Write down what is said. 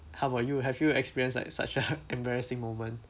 how about you have you experienced like such a embarrassing moment